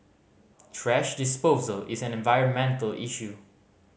thrash disposal is an environmental issue